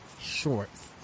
shorts